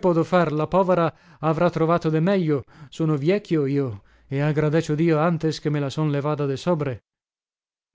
podo far la póvara avrà trovato de meglio sono viechio ió e agradecio dio ntes che me la son levada de sobre